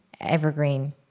Evergreen